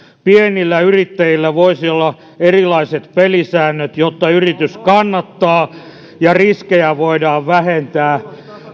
pienillä yrittäjillä voisi olla erilaiset pelisäännöt jotta yritys kannattaa ja riskejä voidaan vähentää